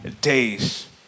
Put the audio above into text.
days